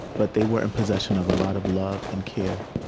but they were in possession of a lot of love and care.